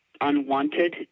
unwanted